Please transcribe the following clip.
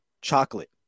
chocolate